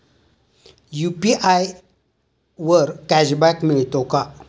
UPI वर cashback मिळतो का?